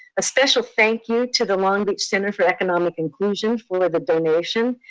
a special thank you to the long beach center for economic inclusion for the donation.